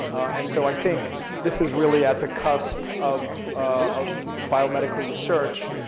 and so i think this is really at the cusp of of biomedical research.